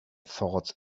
thought